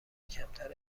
کمتر